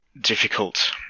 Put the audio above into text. difficult